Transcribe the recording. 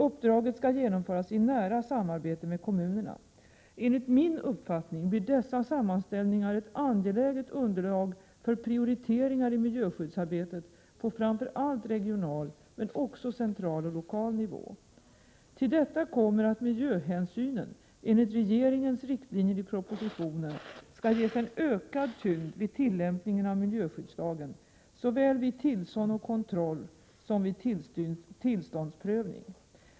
Uppdraget skall genomföras i nära samarbete med kommunerna. Enligt min uppfattning blir dessa sammanställningar ett angeläget underlag för prioriteringar i miljöskyddsarbetet på framför allt regional men också central och lokal nivå. Till detta kommer att miljöhänsynen — enligt regeringens riktlinjer i propositionen — skall ges en ökad tyngd vid tillämpningen av miljöskyddslagen, såväl vid tillsyn och kontroll som vid tillståndsprövning.